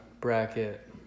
bracket